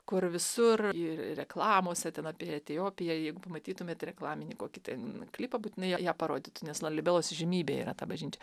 kur visur ir reklamose ten apie etiopiją jeigu pamatytumėt reklaminį kokį ten klipą būtinai ją parodytų nes lalibelos įžymybė yra ta bažnyčia